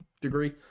degree